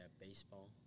baseball